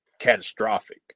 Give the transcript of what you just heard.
catastrophic